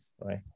right